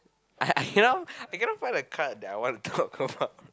I I can not I can not find the card that I want to top up